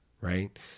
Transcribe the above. right